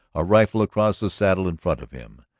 a rifle across the saddle in front of him.